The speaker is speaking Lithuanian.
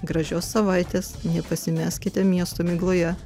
gražios savaitės nepasimeskite miesto migloje